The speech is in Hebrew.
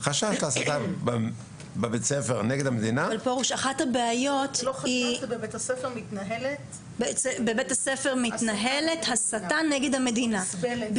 להסתה נגד המדינה -- אחת הבעיות זה שבבית הספר מתנהלת הסתה נגד המדינה.